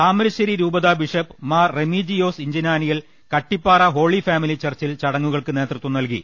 താമരശ്ശേരി രൂപതാ bishop Mar Remigiose Inchananiyil Kattippara holy family ചർച്ചിൽ ചട ങ്ങുകൾക്ക് നേതൃത്വം നൽകി